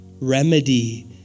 remedy